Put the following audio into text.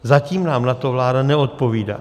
Zatím nám na to vláda neodpovídá.